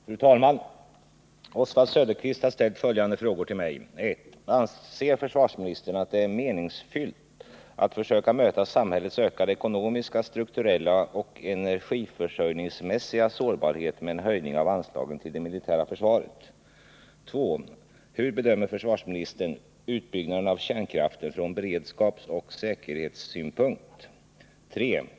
Fru talman! Oswald Söderqvist har ställt följande frågor till mig: 1. Anser försvarsministern att det är meningsfyllt att försöka möta samhällets ökade ekonomiska, strukturella och energiförsörjningsmässiga sårbarhet med en höjning av anslagen till det militära försvaret? 2. Hur bedömer försvarsministern utbyggnaden av kärnkraften från beredskapsoch säkerhetssynpunkt? 3.